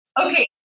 Okay